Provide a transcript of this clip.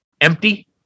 empty